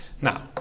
Now